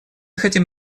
хотим